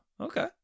okay